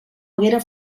haguera